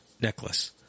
necklace